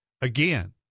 Again